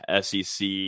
SEC